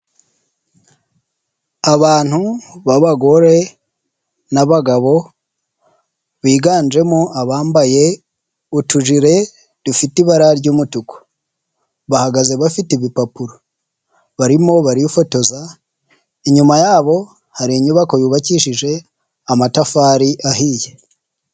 Abantu b'abagore n'abagabo, biganjemo abambaye utujire dufite ibara ry'umutuku, bahagaze bafite ibipapuro barimo barifotoza, inyuma yabo hari inyubako yubakishije amatafari ahiye.